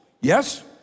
Yes